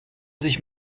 sich